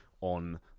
on